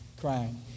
crying